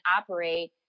operate